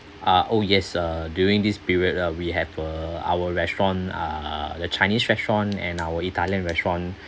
ah oh yes err during this period uh we have uh our restaurant uh the chinese restaurant and our italian restaurant